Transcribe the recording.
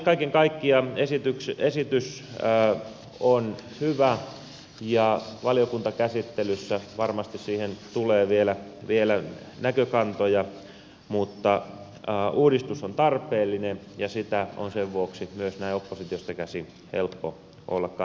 kaiken kaikkiaan esitys on hyvä ja valiokuntakäsittelyssä varmasti siihen tulee vielä näkökantoja mutta uudistus on tarpeellinen ja sitä on sen vuoksi myös näin oppositiosta käsin helppo olla kannattamassa